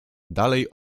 dalej